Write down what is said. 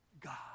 God